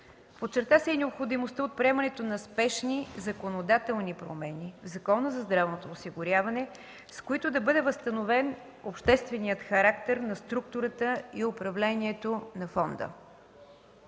Подчерта се и необходимостта от приемането на спешни законодателни промени в Закона за здравното осигуряване, с които да бъде възстановен общественият характер на структурата и управлението на фонда.